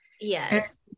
Yes